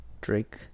Drake